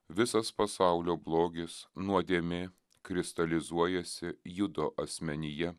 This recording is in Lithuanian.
visas pasaulio blogis nuodėmė kristalizuojasi judo asmenyje